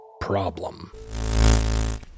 Problem